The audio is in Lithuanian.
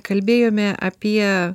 kalbėjome apie